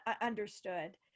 understood